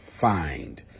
find